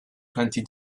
twenty